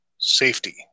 Safety